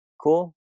Cool